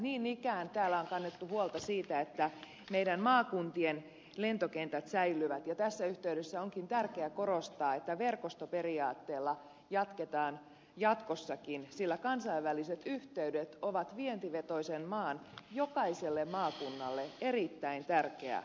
niin ikään täällä on kannettu huolta siitä että meidän maakuntien lentokentät säilyvät ja tässä yhteydessä onkin tärkeää korostaa että verkostoperiaatteella jatketaan jatkossakin sillä kansainväliset yhteydet ovat vientivetoisen maan jokaiselle maakunnalle erittäin tärkeä asia